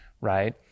right